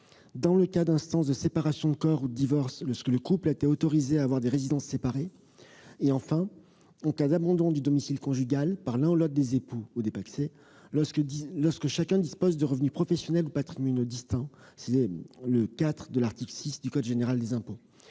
en cas d'instance de séparation de corps ou de divorce, lorsque le couple a été autorisé à avoir des résidences séparées, et en cas d'abandon du domicile conjugal par l'un ou l'autre des époux ou des pacsés, lorsque chacun dispose de revenus professionnels ou patrimoniaux distincts, en application du 4° de l'article 6 du code général des impôts.